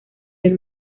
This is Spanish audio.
del